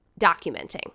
documenting